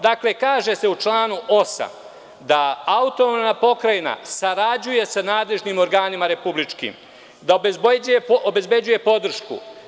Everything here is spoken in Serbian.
Dakle, kaže se u članu 8. da autonomna pokrajina sarađuje sa nadležnim organima republičkim, da obezbeđuje podršku.